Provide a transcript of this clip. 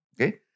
Okay